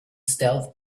stealth